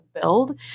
build